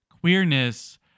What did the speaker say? queerness